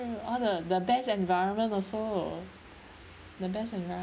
all the the best environment also the best environ~